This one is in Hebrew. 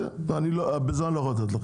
אני לא מסוגל לפנות אליהם.